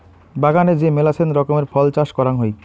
বাগানে যে মেলাছেন রকমের ফল চাষ করাং হই